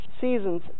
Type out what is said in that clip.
seasons